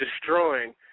destroying